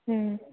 हूं